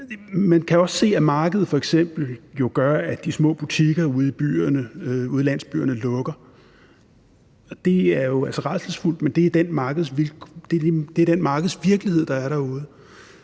Man kan også se, at markedet f.eks. gør, at de små butikker ude i landsbyerne lukker. Det er jo altså rædselsfuld, men det er den markedsvirkelighed, der er derude.